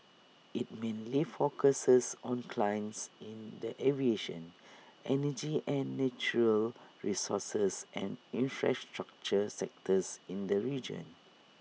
IT mainly focuses on clients in the aviation energy and natural resources and infrastructure sectors in the region